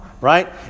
right